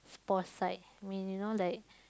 spouse side I mean you know like